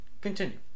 Continue